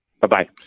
Bye-bye